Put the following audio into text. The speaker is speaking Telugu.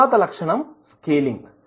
తర్వాత లక్షణం స్కేలింగ్